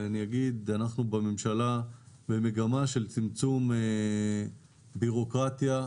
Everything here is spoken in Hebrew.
אנחנו בממשלה במגמה של צמצום בירוקרטיה,